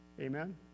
Amen